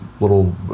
little